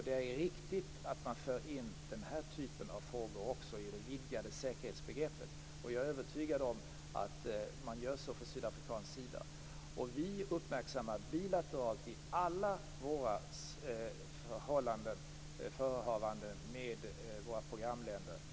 Det är riktigt att man för in den här typen av frågor också i det vidgade säkerhetsbegreppet. Jag är övertygad om att man gör så från sydafrikansk sida. Vi uppmärksammar bilateralt den här frågan i alla våra förehavanden med våra programländer.